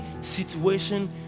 situation